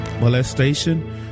molestation